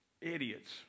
idiots